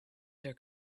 their